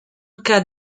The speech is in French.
cas